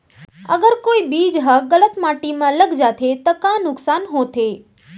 अगर कोई बीज ह गलत माटी म लग जाथे त का नुकसान होथे?